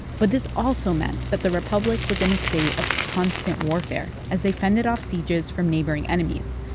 but this also meant that the republic was in a state of constant warfare as they fended off sieges from neighboring enemies.